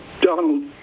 Donald